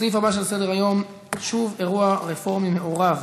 הסעיף הבא שעל סדר-היום: שוב אירוע רפורמי מעורב,